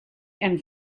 and